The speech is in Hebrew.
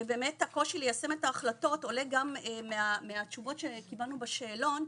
ובאמת הקושי ליישם את ההחלטות עולה גם מהתשובות שקיבלנו בשאלון,